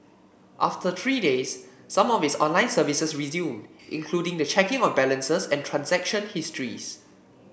after three days some of its online services resumed including the checking of balances and transaction histories